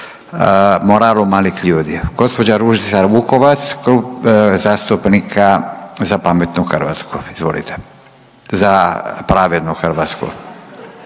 moralu malih ljudi. Gospođa Ružica Vukovac, Klub zastupnika Za pametnu Hrvatsku, izvolite, Za pravednu Hrvatsku.